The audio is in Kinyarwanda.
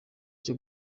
cyo